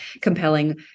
compelling